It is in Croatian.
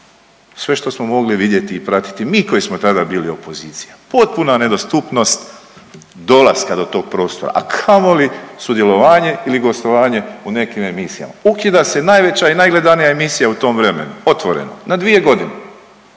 Sve što smo mogli vidjeti i pratiti mi koji smo tada bili opozicija, potpuna nedostupnost dolaska do tog prostora, a kamoli sudjelovanje ili gostovanje u nekim emisijama, ukida se najveća i najgledanija emisija u tom vremenu „Otvoreno“ na 2.g., na